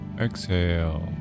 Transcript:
exhale